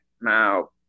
Now